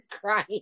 crying